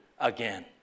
again